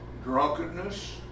drunkenness